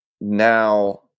now